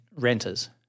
renters